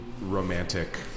romantic